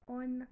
on